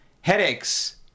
headaches